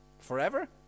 forever